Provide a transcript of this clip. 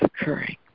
occurring